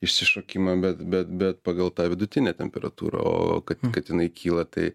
išsišokimą bet bet bet pagal tą vidutinę temperatūrą o kad kad jinai kyla tai